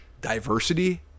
diversity